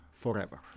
forever